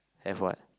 have what